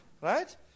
Right